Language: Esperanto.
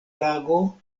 lago